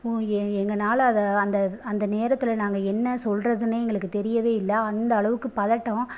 உ எங்கனால் அதை அந்த நேரத்தில் நாங்கள் என்ன சொல்கிறதுன்னே எங்களுக்கு தெரியவே இல்லை அந்த அளவுக்கு பதட்டோம்